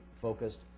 focused